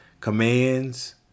commands